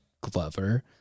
Glover